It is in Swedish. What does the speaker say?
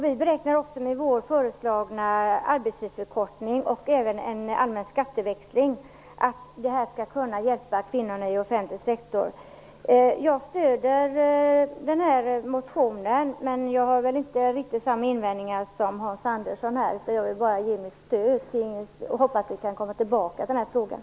Vi beräknar också att vi genom den arbetstidsförkortning och den allmänna skatteväxling vi har föreslagit skall kunna hjälpa kvinnorna i offentlig sektor. Jag stöder motionen. Jag har inte riktigt samma invändningar som Hans Andersson. Jag vill ge mitt stöd till Inger Segelström och hoppas att vi kan komma tillbaka till frågan.